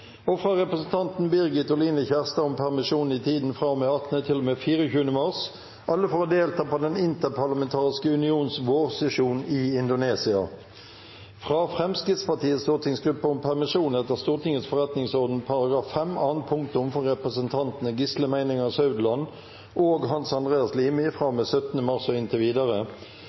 og fra representanten Birgit Oline Kjerstad om permisjon i tiden fra og med 18. til og med 24. mars – alle for å delta på Den interparlamentariske unions vårsesjon i Indonesia fra Fremskrittspartiets stortingsgruppe om permisjon etter Stortingets forretningsorden § 5 annet punktum for representantene Gisle Meininger Saudland og Hans Andreas Limi fra og med 17. mars og inntil videre